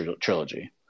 trilogy